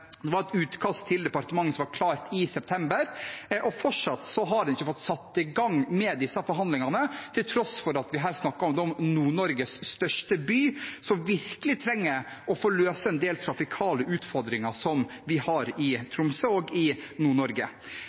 var et utkast til departementet, og som var klart i september, men fortsatt har en ikke fått satt i gang disse forhandlingene, til tross for at vi her snakker om Nord-Norges største by, som virkelig trenger å få løst en del trafikale utfordringer vi har i Tromsø og i